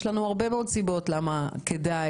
יש לנו הרבה מאוד סיבות למה כדאי,